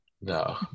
no